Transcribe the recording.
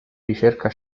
ricerca